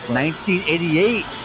1988